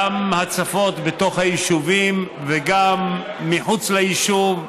גם הצפות בתוך היישובים, וגם מחוץ ליישוב,